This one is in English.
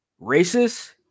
racist